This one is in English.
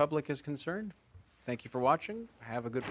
public is concerned thank you for watching have a good